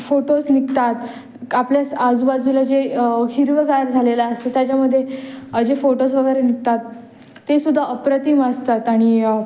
photos निघतात आपल्यास आजूबाजूला जे हिरवगार झालेलं असतं त्याच्यामध्ये जे फोटोज वगऐरे निघतात ते सुद्धा अप्रतिम असतात आणि